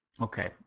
Okay